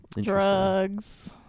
drugs